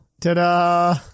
Ta-da